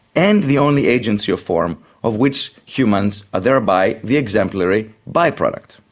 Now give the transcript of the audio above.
and the only agency of form, of which humans are thereby the exemplary by-product.